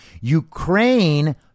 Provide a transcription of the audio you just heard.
Ukraine